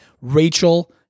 Rachel